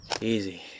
Easy